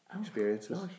experiences